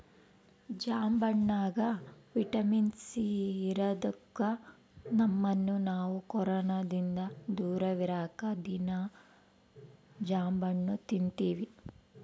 ಜಾಂಬಣ್ಣಗ vitamin C ಇರದೊಕ್ಕ ನಮ್ಮನ್ನು ನಾವು ಕೊರೊನದಿಂದ ದೂರವಿರಕ ದೀನಾ ಜಾಂಬಣ್ಣು ತಿನ್ತಿವಿ